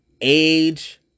Age